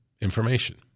information